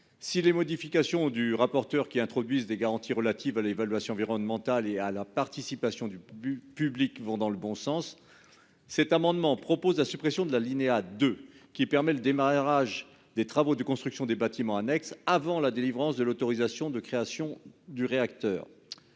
Si les modifications du rapporteur, qui introduisent des garanties relatives à l'évaluation environnementale et à la participation du public, vont dans le bon sens, cet amendement a pour objet la suppression de l'alinéa 2, qui permet le démarrage des travaux de construction des bâtiments annexes avant la délivrance de l'autorisation de création du réacteur.